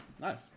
Nice